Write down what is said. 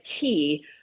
key